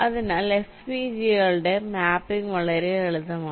അതിനാൽ FPGA കളുടെ mapping വളരെ ലളിതമാണ്